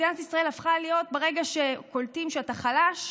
מדינת ישראל הפכה להיות, ברגע שקולטים שאתה חלש,